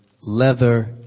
leather